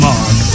Mark